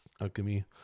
alchemy